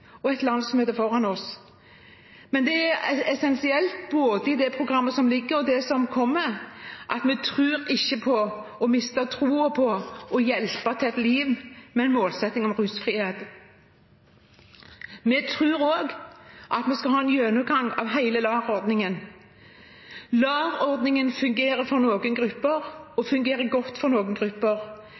essensielt både i det programmet som foreligger, og i det som kommer, at vi ikke mister troen på å hjelpe med en målsetting om et liv i rusfrihet. Vi tror også at vi skal ha en gjennomgang av hele LAR-ordningen. LAR-ordningen fungerer godt for noen grupper, men terskelen for å komme inn har blitt lav og terskelen for å komme ut har blitt høy. Målsettingen for